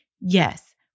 Yes